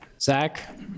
Zach